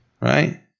right